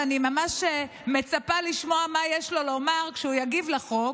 אני ממש מצפה לשמוע מה יש לו לומר כשהוא יגיב לחוק,